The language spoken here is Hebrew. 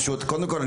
קודם כל,